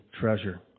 treasure